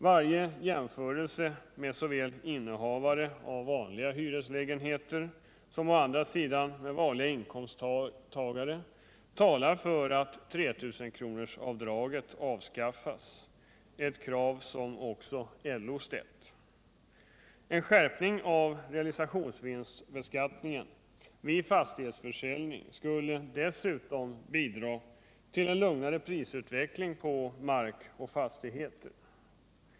Varje jämförelse med såväl innehavare av vanliga hyreslägenheter som vanliga inkomsttagare talar för att 3 000-kronorsavdraget avskaffas —- ett krav som också LO ställt. En skärpning av realisationsvinstbeskattningen vid fastighetsförsäljning skulle dessutom bidra till en lugnare prisutveckling på mark och fastigheter.